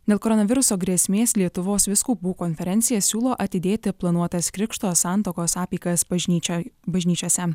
dėl koronaviruso grėsmės lietuvos vyskupų konferencija siūlo atidėti planuotas krikšto santuokos apeigas bažnyčioj bažnyčiose